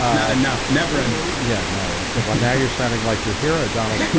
um not enough never in those. yeah. no. okay. well now you're sounding like your hero donald